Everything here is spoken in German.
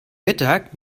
mittag